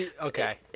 Okay